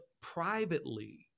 privately